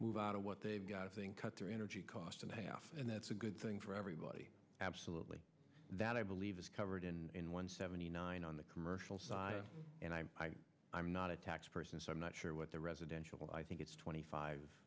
move out of what they've got a thing cut their energy costs in half and that's a good thing for everybody absolutely that i believe is covered and one seventy nine on the commercial side and i'm i'm not a tax person so i'm not sure what the residential i think it's twenty five